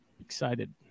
excited